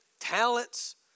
talents